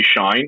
shine